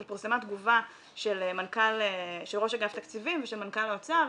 אבל פורסמה תגובה של ראש אגף תקציבים ושל מנכ"ל האוצר,